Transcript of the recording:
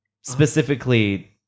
Specifically